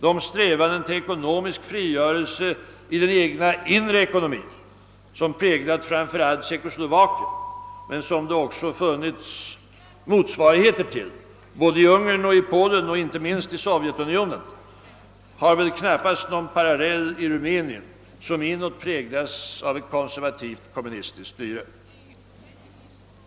De strävanden till ekonomisk frigörelse i den egna inre ekonomin, som präglat framför allt Tjeckoslovakien men som det också funnits motsvarigheter till både i Ungern, i Polen och inte minst i Sovjetunionen, har väl knappast någon parallell i Rumänien, som inåt präglas av ett konservativt kommunistiskt styre.